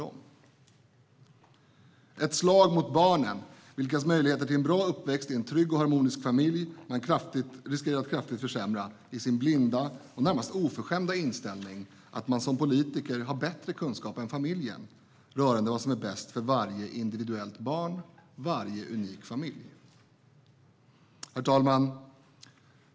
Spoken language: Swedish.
Det är ett slag mot barnen, vars möjligheter till en bra uppväxt i en trygg och harmonisk familj riskerar att försämras kraftigt av den blinda och närmast oförskämda inställningen att politiker har bättre kunskap än familjen när det gäller vad som är bäst för varje barn och varje unik familj.